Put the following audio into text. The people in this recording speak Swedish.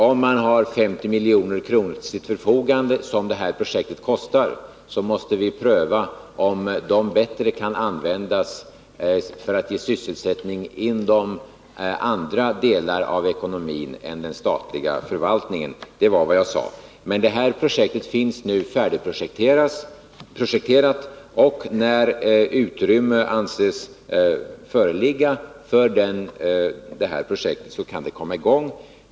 Om man har 50 milj.kr., som det här projektet kostar, till sitt förfogande måste man pröva om de bättre kan användas för att ge sysselsättning inom andra delar av ekonomin än den statliga förvaltningen. — Det var vad jag sade. Administrationsbyggnaden är nu färdigprojekterad. När utrymme anses föreligga för detta projekt kan det komma i gång.